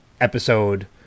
episode